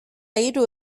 hiru